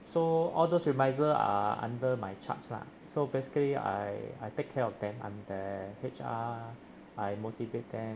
so all those remisier are under my charge lah so basically I I take care of them I'm their H_R I motivate them